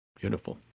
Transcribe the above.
beautiful